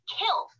kill